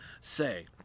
say